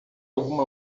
alguma